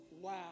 wow